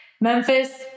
Memphis